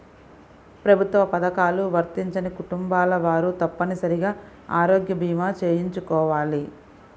ప్రభుత్వ పథకాలు వర్తించని కుటుంబాల వారు తప్పనిసరిగా ఆరోగ్య భీమా చేయించుకోవాలి